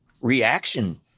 reaction